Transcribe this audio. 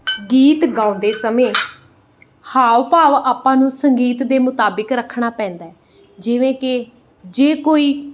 ਗੀਤ ਗਾਉਂਦੇ ਸਮੇਂ ਹਾਵ ਭਾਵ ਆਪਾਂ ਨੂੰ ਸੰਗੀਤ ਦੇ ਮੁਤਾਬਿਕ ਰੱਖਣਾ ਪੈਂਦਾ ਹੈ ਜਿਵੇਂ ਕਿ ਜੇ ਕੋਈ